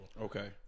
Okay